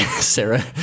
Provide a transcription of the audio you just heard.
Sarah